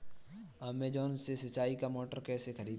Amazon से सिंचाई का मोटर कैसे खरीदें?